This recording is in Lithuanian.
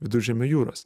viduržemio jūros